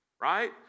right